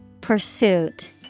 Pursuit